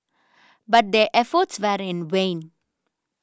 but their efforts were in vain